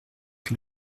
que